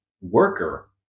worker